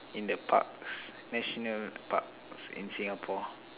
in the parks national parks in Singapore